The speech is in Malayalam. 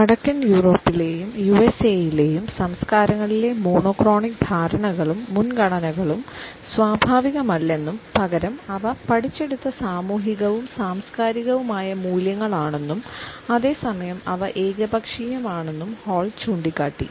വടക്കൻ യൂറോപ്പിലെയും യുഎസ്എയിലെയും സംസ്കാരങ്ങളിലെ മോണോക്രോണിക് ധാരണകളും മുൻഗണനകളും സ്വാഭാവികമല്ലെന്നും പകരം അവ പഠിച്ചെടുത്ത സാമൂഹികവും സാംസ്കാരികവുമായ മൂല്യങ്ങൾ ആണെന്നും അതേസമയം അവ ഏകപക്ഷീയമാണെന്നും ഹാൾ ചൂണ്ടിക്കാട്ടി